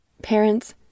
Parents